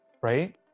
right